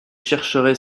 chercherai